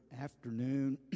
afternoon